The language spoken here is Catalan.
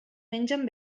mengen